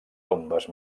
tombes